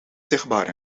zichtbaar